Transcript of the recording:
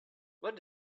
what